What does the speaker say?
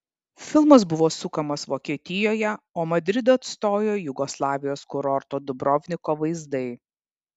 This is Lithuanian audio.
filmas buvo sukamas vokietijoje o madridą atstojo jugoslavijos kurorto dubrovniko vaizdai